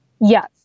Yes